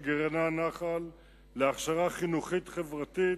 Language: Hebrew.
גרעיני הנח"ל להכשרה חינוכית חברתית